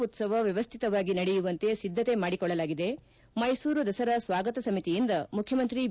ಉತ್ಸವ ದಸರ ವ್ಕವಸ್ಥಿತವಾಗಿ ನಡೆಯುವಂತೆ ಸಿದ್ದತೆ ಮಾಡಿಕೊಳ್ಳಲಾಗಿದೆ ಮೈಸೂರು ದಸರಾ ಸ್ವಾಗತ ಸಮಿತಿಯಿಂದ ಮುಖ್ಯಮಂತ್ರಿ ಬಿ